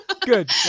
good